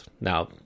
Now